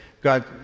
God